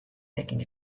taking